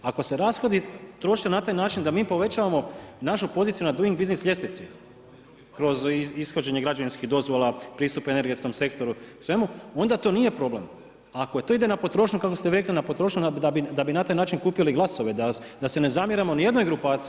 Ako se rashodi troše na taj način da mi povećavamo našu poziciju na duing buisnis ljestvici kroz ishođenje građevinskih dozvola, pristup energetskom sektoru, svemu, onda to nije problem, a ako to ide na potrošnju, kako ste vi rekli na potrošili da bi na taj način kupili glasove, da se ne zamjeramo ni jednoj grupaciji.